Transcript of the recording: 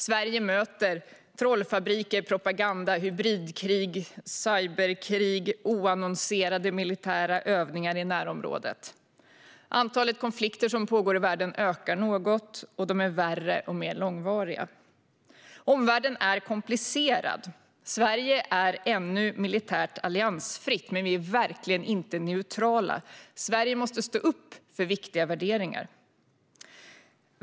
Sverige möter trollfabriker, propaganda, hybridkrig, cyberkrig och oannonserade militära övningar i närområdet. Antalet konflikter som pågår i världen ökar något, och de är värre och långvarigare. Omvärlden är komplicerad. Sverige är ännu militärt alliansfritt, men vi är verkligen inte neutrala. Sverige måste stå upp för viktiga värderingar.